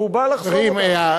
והוא בא לחשוף אותן.